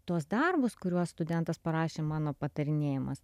tuos darbus kuriuos studentas parašė mano patarinėjamas